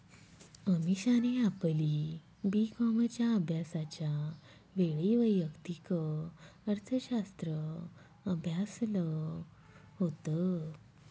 अमीषाने आपली बी कॉमच्या अभ्यासाच्या वेळी वैयक्तिक अर्थशास्त्र अभ्यासाल होत